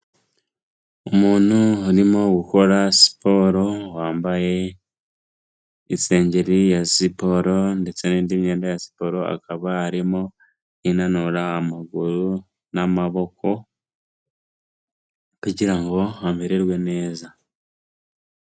Umuntu urimo gukora siporo, wambaye isengeri ya siporo ndetse n'indi myenda ya siporo, akaba arimo yinanura amaguru n'amaboko kugira ngo amererwe neza.